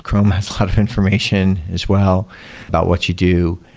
ah um has a lot of information as well about what you do.